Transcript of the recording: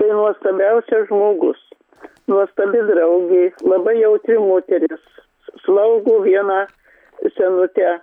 tai nuostabiausias žmogus nuostabi draugė labai jautri moteris slaugo vieną senutę